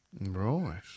Right